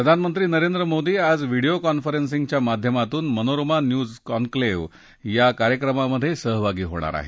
प्रधानमंत्री नरेंद्र मोदी आज व्हिडियो कॉन्फरन्सिंगच्या माध्यमातून मनोरमा न्यूज कॉन्क्लेव्ह या कार्यक्रमात सहभागी होणार आहेत